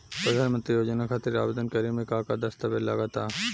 प्रधानमंत्री योजना खातिर आवेदन करे मे का का दस्तावेजऽ लगा ता?